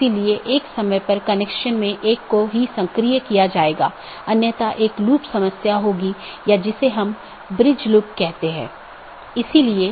इसलिए उन्हें सीधे जुड़े होने की आवश्यकता नहीं है